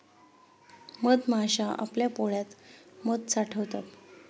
मधमाश्या आपल्या पोळ्यात मध साठवतात